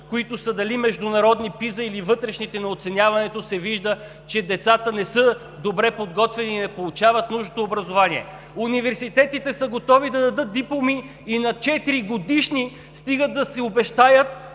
– дали международните PISA или оценяването на вътрешните, се вижда, че децата не са добре подготвени и не получават нужното образование. Университетите са готови да дадат дипломи и на четиригодишни, стига да обещаят